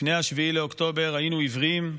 לפני 7 באוקטובר היינו עיוורים.